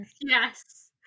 Yes